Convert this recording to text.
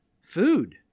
Food